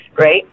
Right